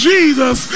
Jesus